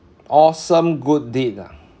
awesome good deed lah